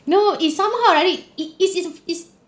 no it's somehow or rather it is is is